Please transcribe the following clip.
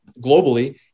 globally